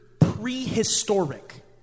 prehistoric